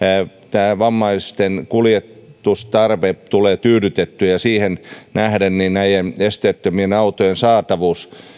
tämä vammaisten kuljetustarve tulee tyydytettyä ja siihen nähden näiden esteettömien autojen saatavuus